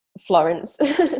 florence